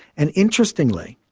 and interestingly,